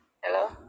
hello